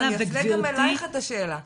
ואני אפנה גם אלייך את השאלה,